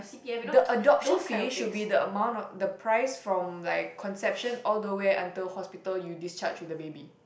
the adoption fee should be the amount of the price from like conception all the way until hospital you discharge with the baby